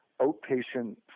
outpatient